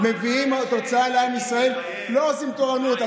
מביאים תוצאה לעם ישראל, לא עושים תורנות.